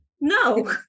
no